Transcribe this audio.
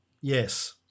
Yes